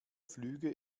flüge